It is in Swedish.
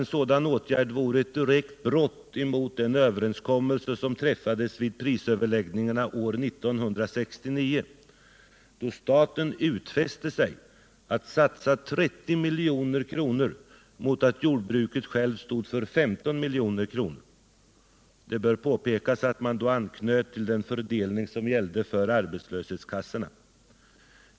En sådan åtgärd vore ett direkt brott mot den överenskommelse som träffades vid prisöverläggningarna år 1969, då staten utfäste sig att satsa 30 milj.kr. mot att jordbruket självt stod för 15 milj.kr. Det bör påpekas att man då anknöt till den fördelning som gällde för arbetslöshetskassan.